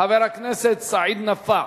חבר הכנסת סעיד נפאע.